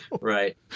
right